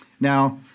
Now